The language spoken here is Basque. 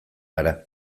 gara